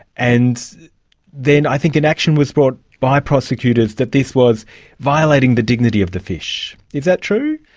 and then i think an action was brought by prosecutors that this was violating the dignity of the fish. is that true?